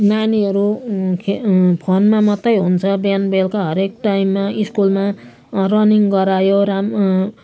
नानीहरू खे फोनमा मात्रै हुन्छ बिहान बेलुका हरेक टाइममा स्कुलमा रनिङ गरायो राम